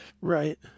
Right